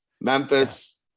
Memphis